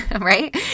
right